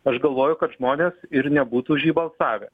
aš galvoju kad žmonės ir nebūtų už jį balsavę